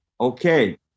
Okay